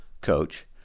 coach